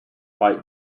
fight